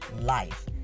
life